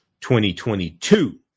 2022